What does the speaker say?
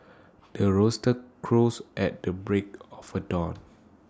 the rooster crows at the break of dawn